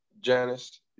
Janice